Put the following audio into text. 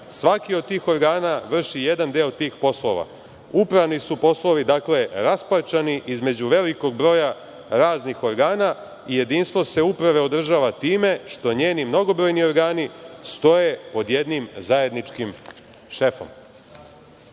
Svaki od tih organa vrši jedan deo tih poslova. Upravni su poslovi, dakle, rasparčani između velikog broja raznih organa i jedinstvo se uprave održava time što njeni mnogobrojni organi stoje pod jednim zajedničkim šefom.